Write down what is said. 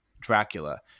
Dracula